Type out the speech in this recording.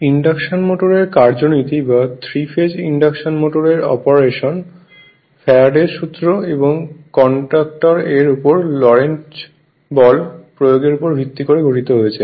induction মোটরের কার্যনীতি বা থ্রি ফেজ ইন্ডাকশন মোটর এর অপারেশন ফ্যারাডের সূত্রFaraday's Law এবং কন্ডাক্টর এর উপর লরেন্টজ বল প্রয়োগের উপর ভিত্তি করে গঠিত হয়েছে